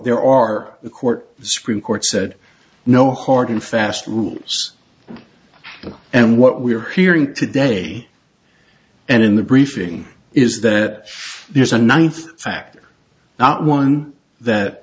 there are court supreme court said no hard and fast rules and what we're hearing today and in the briefing is that there's a ninth fact not one that